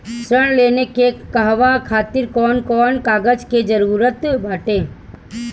ऋण लेने के कहवा खातिर कौन कोन कागज के जररूत बाटे?